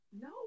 No